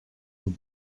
will